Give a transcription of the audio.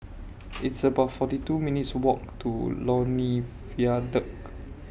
It's about forty two minutes' Walk to Lornie Viaduct